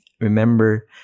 Remember